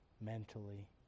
mentally